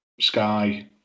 Sky